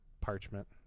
parchment